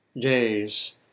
days